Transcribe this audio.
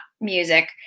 music